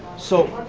so.